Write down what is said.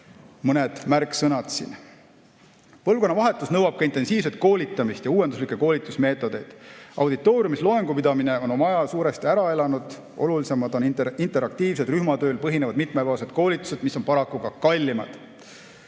mõned märksõnad. Põlvkonnavahetus nõuab ka intensiivset koolitamist ja uuenduslikke koolitusmeetodeid. Auditooriumis loengu pidamine on oma aja suuresti ära elanud, olulisemad on interaktiivsed, rühmatööl põhinevad mitmepäevased koolitused, mis on paraku ka kallimad.